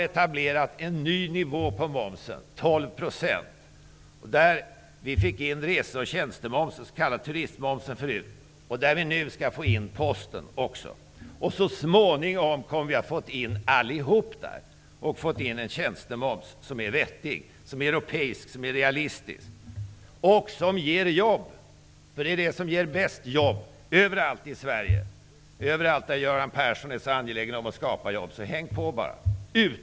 etablerat en ny nivå på reseoch tjänstemomsen, den s.k. turistmomsen, och nu skall också Posten få denna momsnivå. Så småningom kommer vi att få alla momsformer dithän. Då får vi en tjänstemoms som är realistisk och vettig, på Europanivå, och som ger jobb. Det är den reform som ger mest jobb, överallt i Sverige och överallt där Göran Persson är så angelägen om att skapa jobb -- så häng med bara!